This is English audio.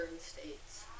states